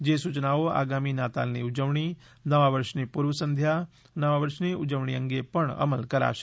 જે સૂચનાઓ આગામી નાતાલની ઉજવણી નવા વર્ષની પૂર્વ સંધ્યા નવા વર્ષની ઉજવણી અંગે પણ અમલ કરાશે